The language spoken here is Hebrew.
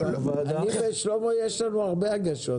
אני ושלמה יש לנו הרבה הגשות.